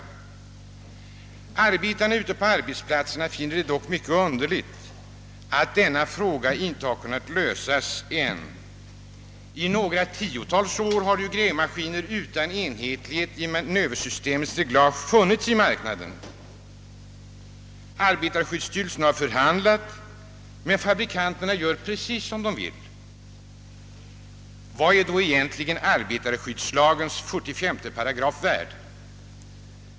Arbetarna ute på arbetsplatserna finier det dock underligt att frågan inte nar kunnat lösas ännu, I några tiotals år har ju grävmaskiner utan enhetlighet i manöversystemets reglage funnits i marknaden, men fabrikanterna gör som de själva vill. Vad är då arbetarskyddslagens 45 § värd?